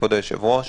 כבוד היושב-ראש,